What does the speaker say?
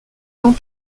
quant